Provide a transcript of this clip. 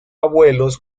abuelos